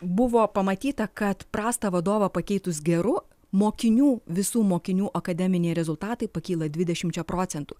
buvo pamatyta kad prastą vadovą pakeitus geru mokinių visų mokinių akademiniai rezultatai pakyla dvidešimčia procentų